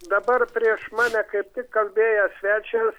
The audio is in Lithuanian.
dabar prieš mane kaip tik kalbėjęs svečias